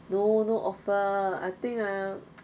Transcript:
no no offer I think ah